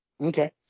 Okay